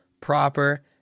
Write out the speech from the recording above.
proper